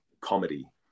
comedy